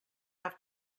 have